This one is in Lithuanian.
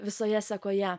visoje sekoje